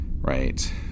right